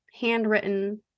handwritten